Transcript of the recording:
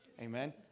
Amen